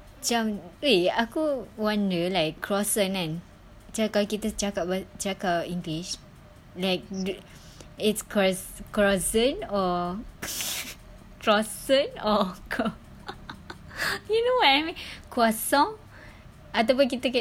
macam eh aku wonder like croissant kan macam kalau kita cakap cakap english like th~ it's croiss~ crois~ or c~ you know what I mean croissant atau pun kita